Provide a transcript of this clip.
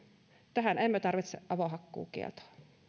tähän emme tarvitse avohakkuukieltoa